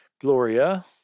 Gloria